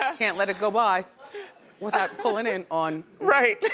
ah can't let it go by without pulling in on. right.